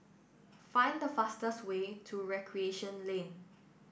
find the fastest way to Recreation Lane